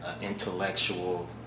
intellectual